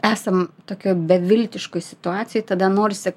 esam tokioj beviltiškoj situacijoj tada norisi